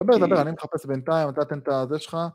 תודה, תודה, אני מתחפש בינתיים, אתה תן את זה שלך.